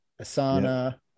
Asana